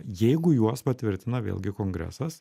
jeigu juos patvirtina vėlgi kongresas